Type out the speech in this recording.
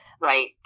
Right